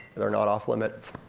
they're not off-limits.